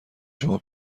شما